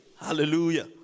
Hallelujah